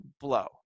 blow